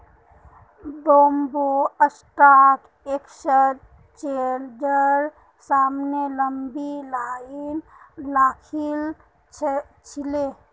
Bombay stock एक्सचेंजेर सामने लंबी लाइन लागिल छिले